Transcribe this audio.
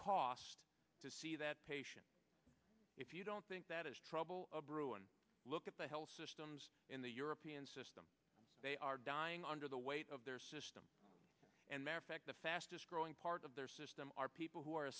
cost to see that patient if you don't think that is trouble brewing look at the health systems in the european system they are dying under the weight of their system and their fact the fastest growing part of their system are people who are